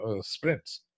sprints